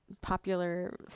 popular